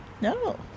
No